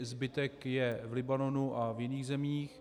Zbytek je v Libanonu a v jiných zemích.